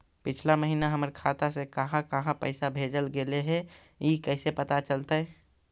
पिछला महिना हमर खाता से काहां काहां पैसा भेजल गेले हे इ कैसे पता चलतै?